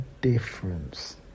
difference